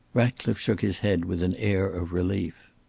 ratcliffe shook his head with an air of relief.